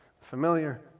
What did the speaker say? Familiar